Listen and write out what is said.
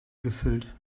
gefüllt